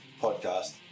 podcast